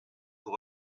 pour